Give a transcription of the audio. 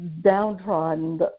downtrodden